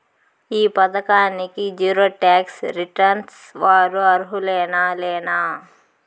ఈ పథకానికి zero tax returns వారు అర్హులేనా లేనా?